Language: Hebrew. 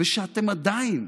ושאתם עדיין